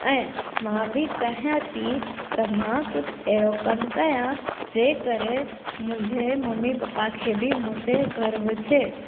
ऐं मां बि चाहियां थी त मां कुझु अहिड़ो कमु कया जंहिं करे मुंहिंजे मम्मी पप्पा खे बि मूं ते गर्व थिए